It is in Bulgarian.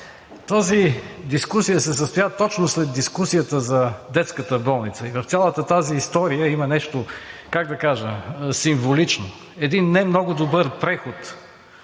тази дискусия се състоя точно след дискусията за детската болница и в цялата тази история има нещо, как да кажа, символично. Един не много добър преход,